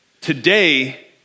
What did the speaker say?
today